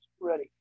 ready